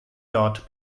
dort